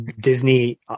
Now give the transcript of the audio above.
Disney